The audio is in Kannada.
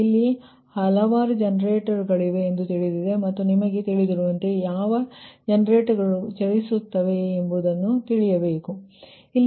ಇಲ್ಲಿ ಹಲವಾರು ಜನರೇಟರ್ಗಳವೆ ಎಂದು ತಿಳಿದಿದೆ ಮತ್ತು ನಿಮಗೆ ತಿಳಿದಿರುವಂತೆ ಯಾವ ಜನರೇಟರ್ಗಳು ಚಲಿಸುತ್ತವೆ ಎಂದು ನೀವು ಭಾವಿಸುತ್ತೀರಿ